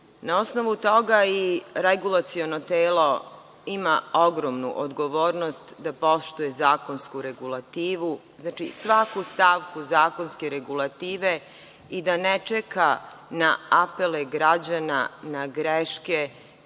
Na osnovu toga i regulaciono telo ima ogromnu odgovornost da poštuje zakonsku regulativu, svaku stavku zakonske regulative i da ne čeka na apele građana na greške